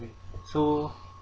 so